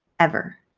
ever.